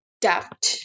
doubt